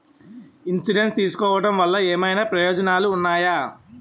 Insurance తీసుకోవటం వల్ల ఏమైనా ప్రయోజనాలు ఉన్నాయా?